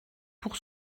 pour